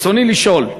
רצוני לשאול: